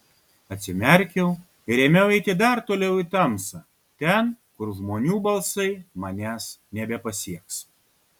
atsimerkiau ir ėmiau eiti dar toliau į tamsą ten kur žmonių balsai manęs nebepasieks